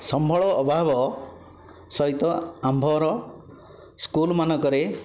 ସମ୍ବଳ ଅଭାବ ସହିତ ଆମ୍ଭର ସ୍କୁଲମାନଙ୍କରେ